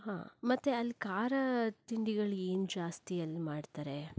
ಹಾಂ ಮತ್ತೆ ಅಲ್ಲಿ ಖಾರ ತಿಂಡಿಗಳು ಏನು ಜಾಸ್ತಿ ಅಲ್ಲಿ ಮಾಡ್ತಾರೆ